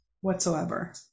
whatsoever